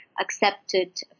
accepted